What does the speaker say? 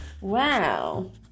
Wow